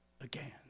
again